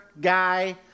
guy